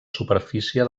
superfície